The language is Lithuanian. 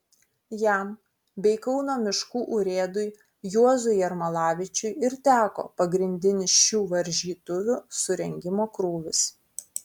jam bei kauno miškų urėdui juozui jermalavičiui ir teko pagrindinis šių varžytuvių surengimo krūvis